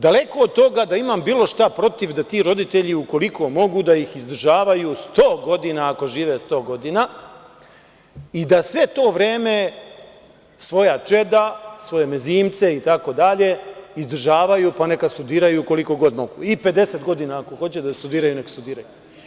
Daleko od toga da ima bilo šta protiv da ti roditelji, ukoliko mogu, da ih izdržavaju 100 godina, ako žive 100 godina, i da sve to vreme svoja čeda, svoje mezimce itd, izdržavaju, pa neka studiraju koliko god mogu, i 50 godina ako hoće da studiraju, nek studiraju.